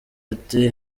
ati